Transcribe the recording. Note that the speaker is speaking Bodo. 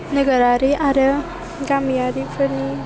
नोगोरारि आरो गामियारिफोरनि